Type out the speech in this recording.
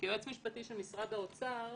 כיועץ משפטי של משרד האוצר,